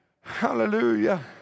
Hallelujah